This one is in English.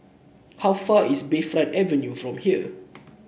how far is Bayfront Avenue from here